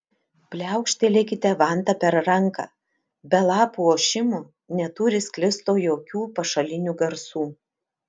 pliaukštelėkite vanta per ranką be lapų ošimo neturi sklisto jokių pašalinių garsų